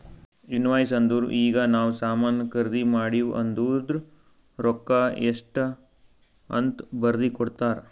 invoice ಅಂದುರ್ ಈಗ ನಾವ್ ಸಾಮಾನ್ ಖರ್ದಿ ಮಾಡಿವ್ ಅದೂರ್ದು ರೊಕ್ಕಾ ಎಷ್ಟ ಅಂತ್ ಬರ್ದಿ ಕೊಡ್ತಾರ್